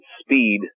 Speed